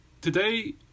Today